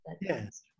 yes